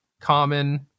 common